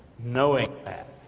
knowing that?